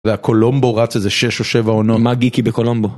קולומבו רץ איזה שש או שבע עונות. מה גיקי בקולומבו?